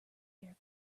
their